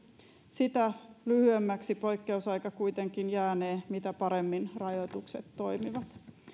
sitä lyhyemmäksi poikkeusaika kuitenkin jäänee mitä paremmin rajoitukset toimivat